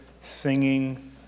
singing